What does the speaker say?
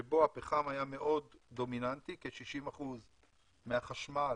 כשהפחם היה מאוד דומיננטי כ-60% מהחשמל